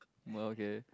okay